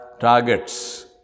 targets